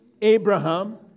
Abraham